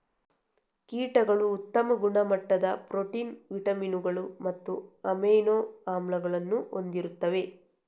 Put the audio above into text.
ಕೀಟಗಳು ಉತ್ತಮ ಗುಣಮಟ್ಟದ ಪ್ರೋಟೀನ್, ವಿಟಮಿನುಗಳು ಮತ್ತು ಅಮೈನೋ ಆಮ್ಲಗಳನ್ನು ಹೊಂದಿರುತ್ತವೆ